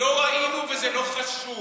לא ראינו וזה לא חשוב.